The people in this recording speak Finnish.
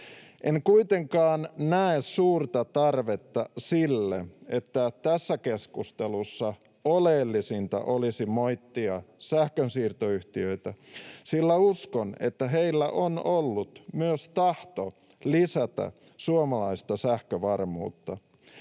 En kuitenkaan näe suurta tarvetta sille, että tässä keskustelussa oleellisinta olisi moittia sähkönsiirtoyhtiöitä — sillä uskon, että heillä on ollut myös tahto lisätä suomalaista sähkövarmuutta